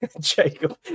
Jacob